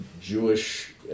Jewish